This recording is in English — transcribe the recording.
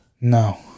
No